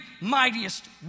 mightiest